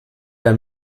ein